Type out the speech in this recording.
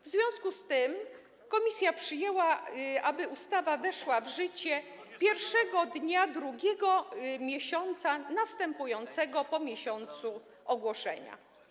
W związku z tym komisja przyjęła, że ustawa wejdzie w życie pierwszego dnia drugiego miesiąca następującego po miesiącu ogłoszenia.